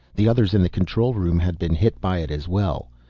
the others in the control room had been hit by it as well.